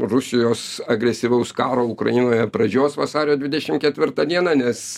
rusijos agresyvaus karo ukrainoje pradžios vasario dvidešim ketvirtą dieną nes